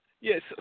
Yes